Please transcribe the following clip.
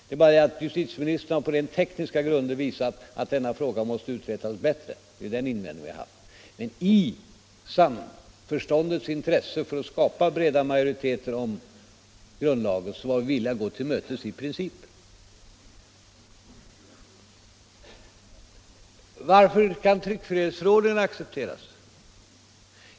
Det är bara det att justitieministern på rent tekniska grunder har visat att denna fråga måste utredas bättre. Det är den invändningen vi har haft. Men i samförståndets intresse och för att skapa breda majoriteter om grundlagen har vi i princip varit villiga att gå det förslaget till mötes. Varför kan tryckfrihetsförordningen accepteras?